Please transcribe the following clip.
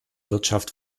wirtschaft